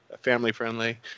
family-friendly